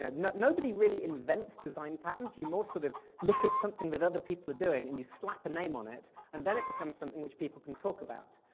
ah know, nobody really invents design patterns, you more sort of look at something that other people are doing and you slap a name on it. and then it becomes something which people can talk about.